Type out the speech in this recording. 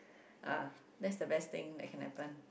uh that's the best thing that can happen